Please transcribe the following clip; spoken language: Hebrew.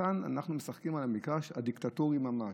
כאן אנחנו משחקים על מגרש דיקטטורי ממש.